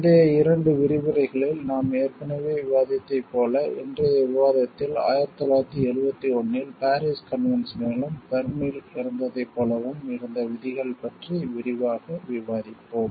முந்தைய 2 விரிவுரைகளில் நாம் ஏற்கனவே விவாதித்ததைப் போல இன்றைய விவாதத்தில் 1971 இல் பாரீஸ் கன்வென்ஷனிலும் பெர்னில் இருந்ததைப் போலவும் இருந்த விதிகள் பற்றி விரிவாக விவாதிப்போம்